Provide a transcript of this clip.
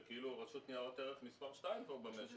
זה כאילו רשות ניירות ערך מספר שתיים במשק.